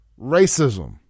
Racism